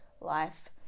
life